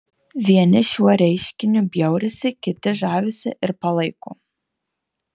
vieni šiuo reiškiniu bjaurisi kiti žavisi ir palaiko